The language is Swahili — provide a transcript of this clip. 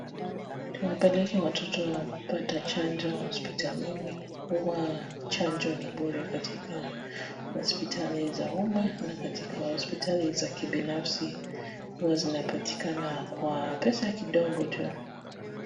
Wapeleke watoto kupata chanjo hospitalini huwa chanjo ni bure katika hospitali za umma na katika hospitali za kibanafsi huwa zinapatikana kwa pesa kidogo tu.